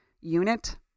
unit